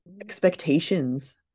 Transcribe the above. expectations